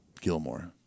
Gilmore